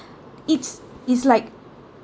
it's is like